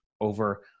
over